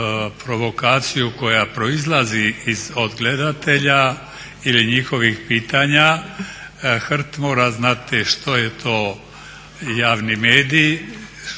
provokaciju koja proizlazi od gledatelja ili njihovih pitanja. HRT mora znati što je to javni medij,